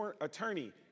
Attorney